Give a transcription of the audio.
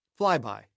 Flyby